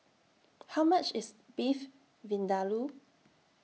How much IS Beef Vindaloo